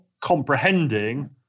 comprehending